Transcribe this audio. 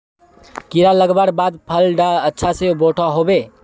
कीड़ा लगवार बाद फल डा अच्छा से बोठो होबे?